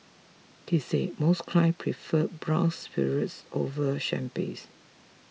he say most clients prefer brown spirits over champagne